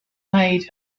made